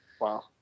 Wow